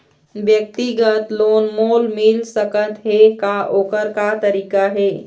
व्यक्तिगत लोन मोल मिल सकत हे का, ओकर का तरीका हे?